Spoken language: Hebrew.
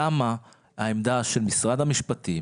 למה העמדה של משרד המשפטים